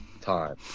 time